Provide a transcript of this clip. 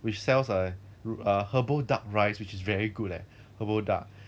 which sells err rude err herbal duck rice which is very good leh herbal duck